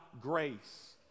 grace